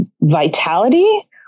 vitality